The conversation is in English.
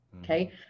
okay